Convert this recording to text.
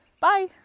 bye